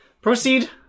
proceed